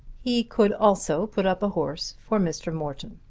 he could also put up a horse for mr. morton.